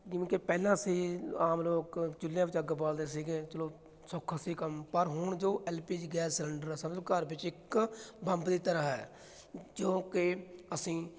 ਜਿਵੇਂ ਕਿ ਪਹਿਲਾਂ ਅਸੀਂ ਆਮ ਲੋਕ ਚੁੱਲ੍ਹਿਆਂ ਵਿੱਚ ਅੱਗ ਬਾਲਦੇ ਸੀਗੇ ਚਲੋ ਸੌਖਾ ਸੀ ਕੰਮ ਪਰ ਹੁਣ ਜੋ L P G gas cylinder ਆ ਸਮਝ ਲਉ ਘਰ ਵਿੱਚ ਇੱਕ ਬੰਬ ਦੀ ਤਰ੍ਹਾਂ ਹੈ ਜੋ ਕਿ ਅਸੀਂ